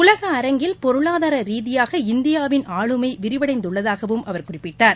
உலக அரங்கில் பொருளாதார ரீதியாக இந்தியாவின் ஆளுமை விரிவடைந்துள்ளதாகவும் அவர் குறிப்பிட்டார்